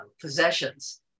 possessions